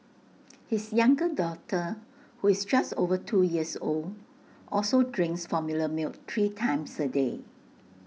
his younger daughter who is just over two years old also drinks formula milk three times A day